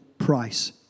price